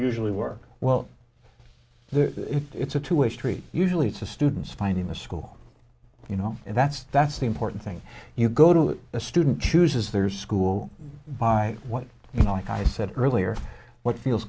usually work well the it's a two way street usually to students finding a school you know and that's that's the important thing you go to a student chooses their school by what you know like i said earlier what feels